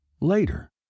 later